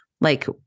Like-